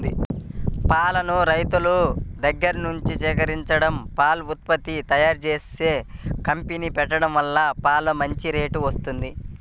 పాలను రైతుల దగ్గర్నుంచి సేకరించడం, పాల ఉత్పత్తులను తయ్యారుజేసే కంపెనీ పెట్టడం వల్ల పాలకు మంచి రేటు వత్తంది